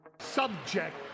Subject